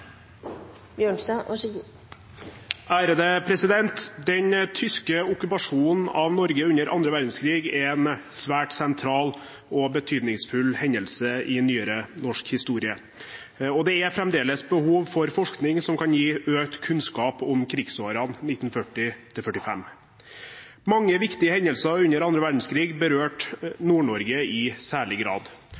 en svært sentral og betydningsfull hendelse i nyere norsk historie, og det er fremdeles behov for forskning som kan gi økt kunnskap om krigsårene 1940–1945. Mange viktige hendelser under annen verdenskrig berørte Nord-Norge i særlig grad.